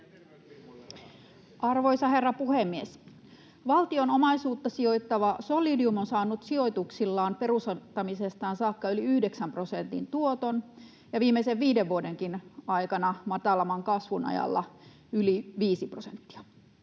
Arvoisa herra puhemies! Valtion omaisuutta sijoittava Solidium on saanut sijoituksillaan perustamisestaan saakka yli yhdeksän prosentin tuoton ja viimeisen viiden vuodenkin aikana matalamman kasvun ajalla yli viisi prosenttia.